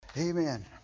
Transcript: Amen